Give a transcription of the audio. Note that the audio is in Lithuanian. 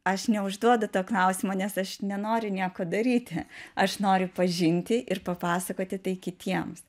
aš neužduodu to klausimo nes aš nenoriu nieko daryti aš noriu pažinti ir papasakoti tai kitiems